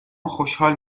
خوشحال